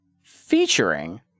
featuring